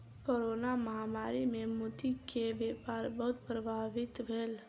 corona महामारी मे मोती के व्यापार बहुत प्रभावित भेल